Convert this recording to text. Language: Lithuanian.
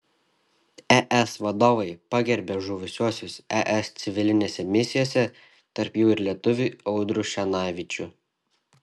es vadovai pagerbė žuvusiuosius es civilinėse misijose tarp jų ir lietuvį audrių šenavičių